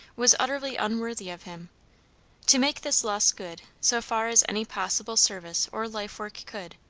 was utterly unworthy of him to make this loss good, so far as any possible service or life-work could,